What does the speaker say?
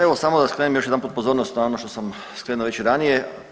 Evo, samo da skrenem još jedanput pozornost na ono što sam skrenuo već i ranije.